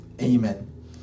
Amen